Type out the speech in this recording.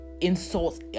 insults